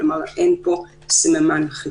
היו יודעים לזהות